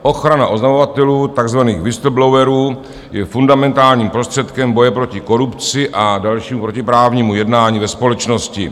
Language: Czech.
Ochrana oznamovatelů, takzvaných whistleblowerů, je fundamentálním prostředkem boje proti korupci a dalšímu protiprávnímu jednání ve společnosti.